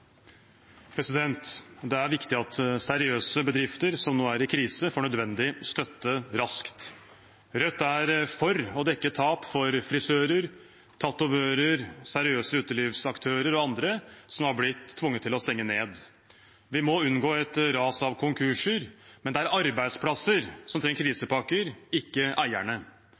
til. Det er viktig at seriøse bedrifter som nå er i krise, får nødvendig støtte raskt. Rødt er for å dekke tap for frisører, tatovører, seriøse utelivsaktører og andre som har blitt tvunget til å stenge ned. Vi må unngå et ras av konkurser, men det er arbeidsplassene som trenger krisepakker – ikke eierne.